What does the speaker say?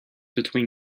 between